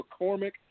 McCormick